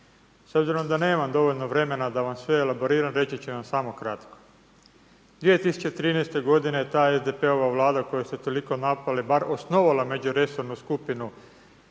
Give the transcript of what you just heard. S obzirom da nemam dovoljno vremena da vam sve elaboriram reći ću vam samo kratko. 2013. godine ta SDP-ova Vlada koju ste toliko napali je bar osnovala međuresornu skupinu